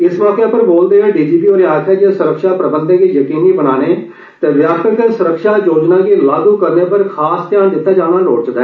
इस मौके पर र्वोलदे होई डीजीपी होरे आक्खेआ जे सुरक्षा प्रबंधे गी जकीनी बनाने ते व्यापक सुरक्षा योजना गी लागू करने पर खास ध्यान दित्ता जाना लोड़चदा